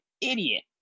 idiot